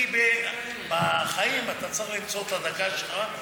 כי בחיים אתה צריך למצוא את הדקה שלך,